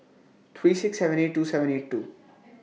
three six seven eight two seven eight two